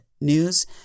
news